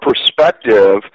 perspective